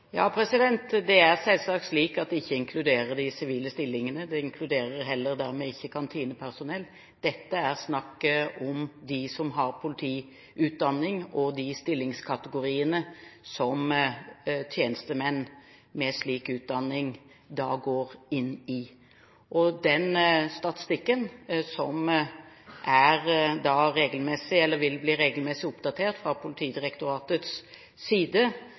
Det er selvsagt slik at de ikke inkluderer de sivile stillingene. De inkluderer dermed heller ikke kantinepersonell. Dette er snakk om de som har politiutdanning, og de stillingskategoriene som tjenestemenn med slik utdanning går inn i. Den statistikken som regelmessig vil bli oppdatert fra Politidirektoratets side,